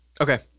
okay